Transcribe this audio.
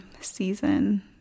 season